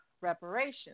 reparations